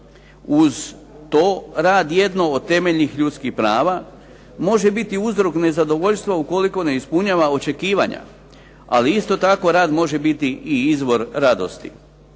Uz to rad, jedno od temeljnih ljudskih prava, može biti uzrok nezadovoljstva ukoliko ne ispunjava očekivanja, ali isto tako rad može biti i izvor radosti.